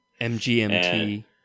MGMT